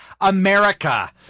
America